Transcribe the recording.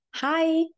Hi